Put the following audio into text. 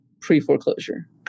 pre-foreclosure